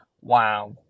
wow